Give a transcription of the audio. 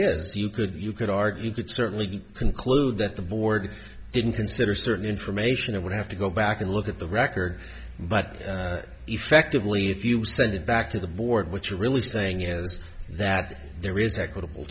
is you could you could argue could certainly conclude that the board didn't consider certain information i would have to go back and look at the record but effectively if you send it back to the board what you're really saying is that there is equitable